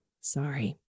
sorry